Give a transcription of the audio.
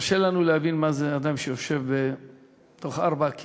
קשה לנו להבין מה זה אדם שיושב בין ארבעה קירות.